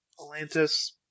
Atlantis